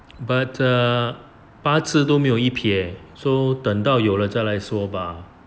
but err 八字都没有一撇 so 等到有了再来说吧